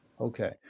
Okay